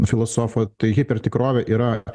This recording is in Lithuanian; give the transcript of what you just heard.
filosofo tai hipertikrovė yra